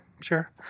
sure